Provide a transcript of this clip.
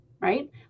right